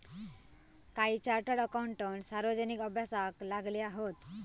काही chartered accountant सार्वजनिक अभ्यासाक लागले हत